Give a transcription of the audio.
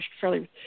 fairly